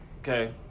Okay